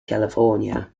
california